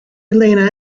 elena